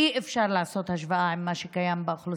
ביום